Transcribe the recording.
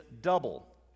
double